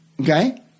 okay